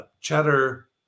cheddar